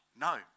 no